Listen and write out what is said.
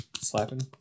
Slapping